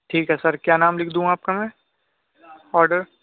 ٹھیک ہے سر کیا نام لکھ دوں آپ کا میں آڈر